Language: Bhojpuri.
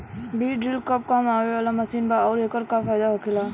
बीज ड्रील कब काम आवे वाला मशीन बा आऊर एकर का फायदा होखेला?